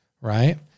right